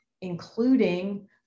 including